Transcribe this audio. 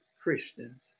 Christians